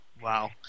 Wow